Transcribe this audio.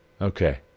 Okay